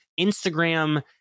Instagram